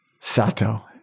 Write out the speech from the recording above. Sato